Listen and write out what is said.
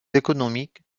économiques